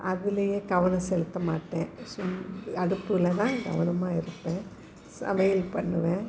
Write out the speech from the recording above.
அதுலேயே கவனம் செலுத்தமாட்டேன் சு அடுப்பில் தான் கவனமாக இருப்பேன் சமையல் பண்ணுவேன்